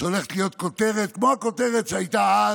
שהולכת להיות כותרת כמו הכותרת שהייתה אז,